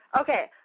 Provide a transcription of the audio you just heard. Okay